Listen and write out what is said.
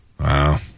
Wow